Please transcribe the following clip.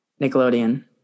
nickelodeon